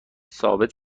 ثابت